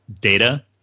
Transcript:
data